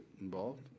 involved